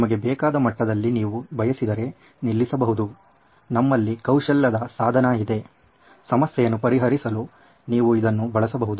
ನಿಮಗೆ ಬೇಕಾದ ಮಟ್ಟದಲ್ಲಿ ನೀವು ಬಯಸಿದರೆ ನಿಲ್ಲಿಸಬಹುದು ನಮ್ಮಲ್ಲಿ ಕೌಶಲ್ಯದ ಸಾಧನ ಇದೆ ಸಮಸ್ಯೆಯನ್ನು ಪರಿಹರಿಸಲು ನೀವು ಇದನ್ನು ಬಳಸಬಹುದು